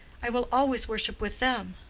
i will always worship with them.